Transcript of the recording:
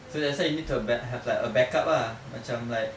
so that's why you need to bac~ have a back up ah macam like